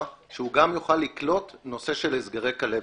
שהוא גם יוכל לקלוט נושא של הסגרי כלבת.